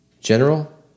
General